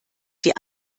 die